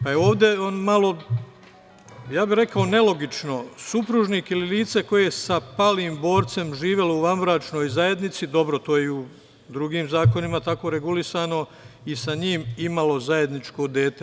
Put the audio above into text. Pa, je ovde on malo, ja bih rekao nelogično - supružnik ili lice koje sa palim borcem živelo u vanbračnoj zajednici, dobro to je i u drugim zakonima tako regulisano - i sa njim imalo zajedničko dete.